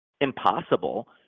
impossible